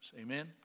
Amen